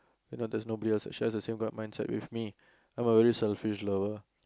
you know there's no beer so she has the same kind of mindset with me I'm already a selfish lover